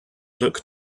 look